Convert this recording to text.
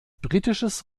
britisches